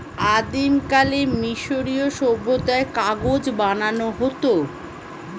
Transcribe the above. আদিমকালে মিশরীয় সভ্যতায় কাগজ বানানো হতো